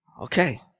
Okay